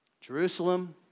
Jerusalem